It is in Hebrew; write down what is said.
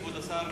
כבוד השר,